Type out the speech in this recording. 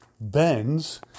bends